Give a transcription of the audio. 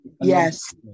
yes